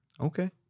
Okay